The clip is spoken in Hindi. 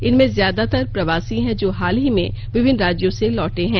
इनमें ज्यादातर प्रवासी हैं जो हाल ही में विभिन्न राज्यों से लौटे हैं